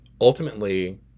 ultimately